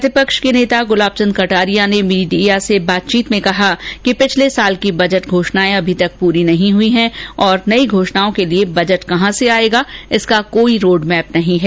प्रतिपक्ष के नेता गुलाब चंद कटारिया ने कहा कि मीडिया से बातचीत में कहा कि पिछले साल की बजट घोषणाएं अमे तक पूरी नहीं हुई हैं और नई घोषणाओं के लिए बजट कहां से आयेगा इसका कोई रोडमैप नहीं है